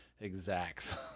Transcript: exacts